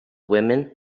women